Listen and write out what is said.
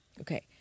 Okay